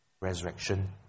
resurrection